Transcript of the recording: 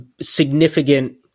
significant